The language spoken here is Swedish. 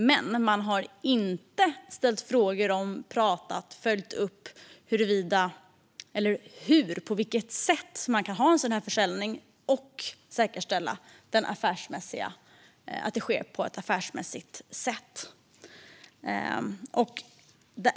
Men man har inte ställt frågor om och följt upp på vilket sätt man kan genomföra en sådan försäljning och säkerställa att den sker på ett affärsmässigt sätt.